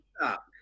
stop